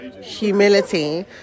humility